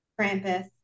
Krampus